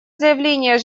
заявление